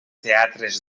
teatres